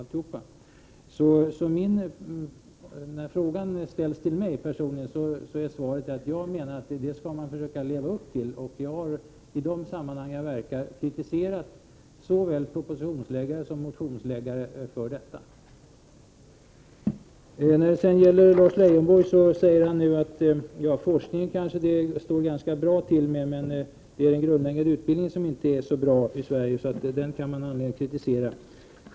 Mitt personliga svar på frågan är alltså att man skall försöka att leva upp till denna princip. Jag har i de sammanhang där jag verkar kritiserat såväl propositionsskrivare som motionärer för det som här skett. Lars Leijonborg säger nu att det kanske står ganska bra till med forskningen men att det inte är så väl ställt med den grundläggande utbildningen i Sverige och att det kan finnas anledning att kritisera den.